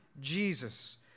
Jesus